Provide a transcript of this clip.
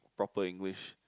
proper English